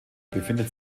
befindet